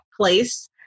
place